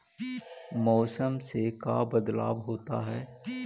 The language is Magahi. मौसम से का बदलाव होता है?